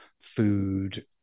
food